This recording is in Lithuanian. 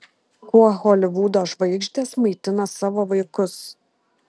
kuo holivudo žvaigždės maitina savo vaikus